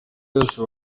yose